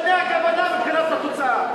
מה זה משנה הכוונה, מבחינת התוצאה?